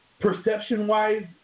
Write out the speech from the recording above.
Perception-wise